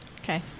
Okay